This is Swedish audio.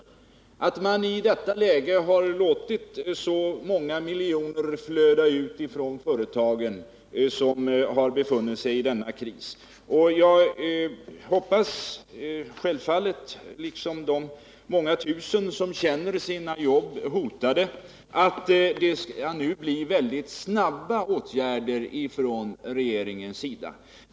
Det är anmärkningsvärt att regeringen i detta läge har låtit så många miljoner flöda ut från de företag som har befunnit sig i denna kris. Jag, liksom de många tusen som känner sina jobb hotade, hoppas självfallet att det nu skall bli fråga om väldigt snabba åtgärder från regeringens sida.